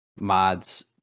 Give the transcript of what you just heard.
mods